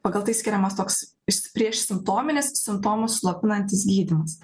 pagal tai skiriamas toks priešsimptominis simptomus slopinantis gydymas